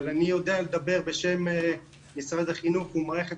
אבל אני יודע לדבר בשם משרד החינוך ומערכת